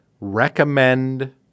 recommend